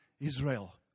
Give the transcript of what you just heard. Israel